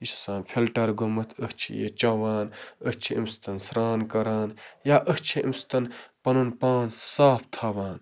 یہِ چھِ آسان فِلٹَر گوٚمُت أسۍ چھِ یہِ چٮ۪وان أسۍ چھِ اَمہِ سۭتۍ سرٛان کَران یا أسۍ چھِ اَمہِ سۭتۍ پَنُن پان صاف تھاوان